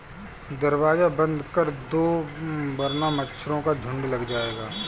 दरवाज़ा बंद कर दो वरना मच्छरों का झुंड लग जाएगा